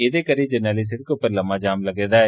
एहदे करी जरनैली शिड़क लम्मा जाम लग्गे दा ऐ